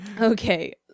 Okay